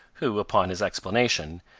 who, upon his explanation,